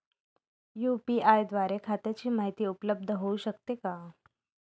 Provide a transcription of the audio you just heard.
UPI द्वारे खात्याची माहिती उपलब्ध होऊ शकते का?